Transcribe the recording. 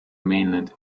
mainland